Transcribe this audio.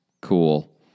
Cool